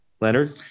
Leonard